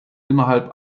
innerhalb